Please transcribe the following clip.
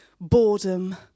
boredom